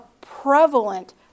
prevalent